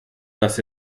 dass